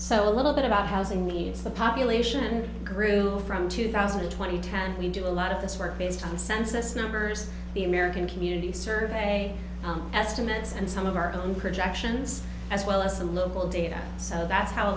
so a little bit about housing needs the population grew from two thousand and twenty ten we do a lot of this work based on census numbers the american community survey estimates yes and some of our own projections as well as the local data so that's how a